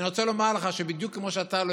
אני רוצה לומר לך שבדיוק כמו שאתה לא